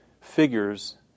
figures